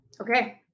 Okay